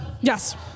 Yes